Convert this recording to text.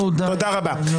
תודה רבה.